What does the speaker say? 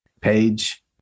page